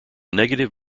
negative